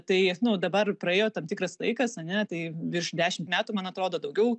tai nu dabar praėjo tam tikras laikas ane tai virš dešimt metų man atrodo daugiau